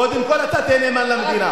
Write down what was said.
קודם כול אתה תהיה נאמן למדינה.